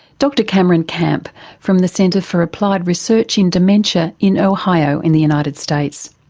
dr cameron camp from the center for applied research in dementia in ohio, in the united states.